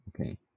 okay